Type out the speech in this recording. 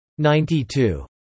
92